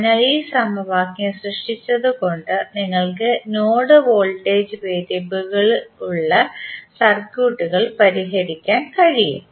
അതിനാൽ ഈ സമവാക്യം സൃഷ്ട്ടിച്ചത് കൊണ്ട് നിങ്ങൾക്ക് നോഡ് വോൾടേജ് വേരിയബിളുകൾ ഉള്ള സർക്യൂട്ടുകൾ പരിഹരിക്കാൻ കഴിയും